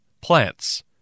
Plants